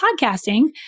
podcasting